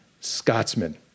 Scotsman